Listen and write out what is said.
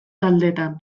taldetan